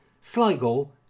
Sligo